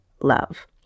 love